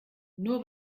nur